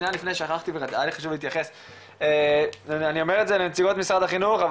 אני אומר את זה לתשומת לב משרד החינוך,